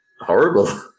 horrible